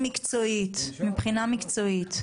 מבחינה מקצועית,